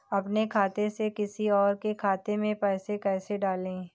अपने खाते से किसी और के खाते में पैसे कैसे डालें?